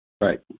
Right